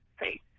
Hey